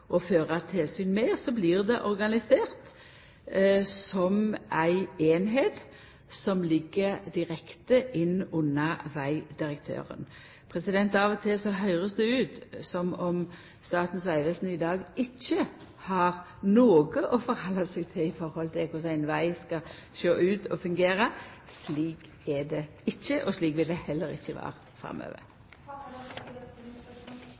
tilsyn med. Så blir det organisert som ei eining som ligg direkte inn under vegdirektøren. Av og til kan det høyrast ut som om Statens vegvesen i dag ikkje har noko å halda seg til i høve til korleis ein veg skal sjå ut og fungera. Slik er det ikkje, og slik vil det heller ikkje